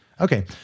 Okay